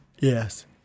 Yes